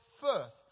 first